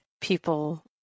people